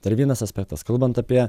dar vienas aspektas kalbant apie